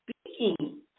speaking